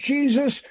Jesus